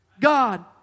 God